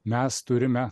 mes turime